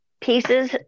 pieces